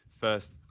first